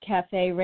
Cafe